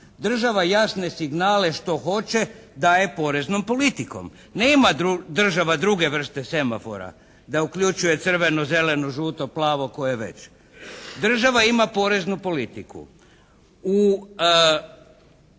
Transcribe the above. Država jasne signale što hoće daje poreznom politikom. Nema država druge vrste semafora da uključuje crveno, zeleno, žuto, plavo, koje već. Država ima poreznu politiku. U